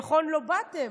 נכון, לא באתם,